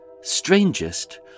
strangest